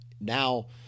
Now